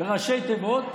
ראשי תיבות,